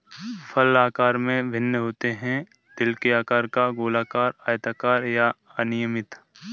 फल आकार में भिन्न होते हैं, दिल के आकार का, गोलाकार, आयताकार या अनियमित